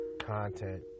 content